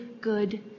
good